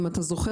אם אתה זוכר,